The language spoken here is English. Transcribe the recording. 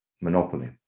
Monopoly